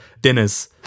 dinners